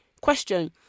question